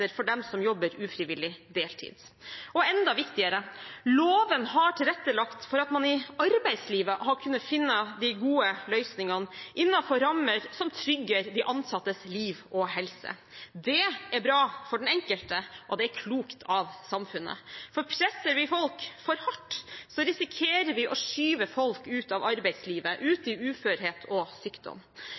rettigheter for dem som jobber ufrivillig deltid. Og enda viktigere: Loven har tilrettelagt for at man i arbeidslivet har kunnet finne de gode løsningene innenfor rammer som trygger de ansattes liv og helse. Det er bra for den enkelte, og det er klokt av samfunnet, for presser vi folk for hardt, risikerer vi å skyve folk ut av arbeidslivet og ut i uførhet og sykdom.